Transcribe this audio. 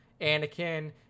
Anakin